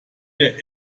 der